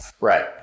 right